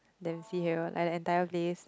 Dempsey Hill like the entire place